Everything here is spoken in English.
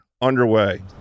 underway